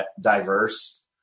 diverse